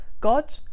God